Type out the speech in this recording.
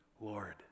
Lord